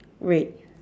red